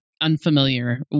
unfamiliar